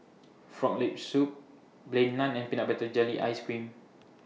Frog Leg Soup Plain Naan and Peanut Butter Jelly Ice Cream